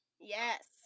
Yes